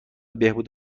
بهبود